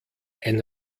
ein